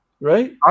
right